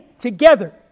Together